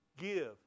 Give